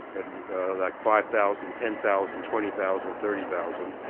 that's like five thousand, ten thousand, twenty thousand, thirty thousand,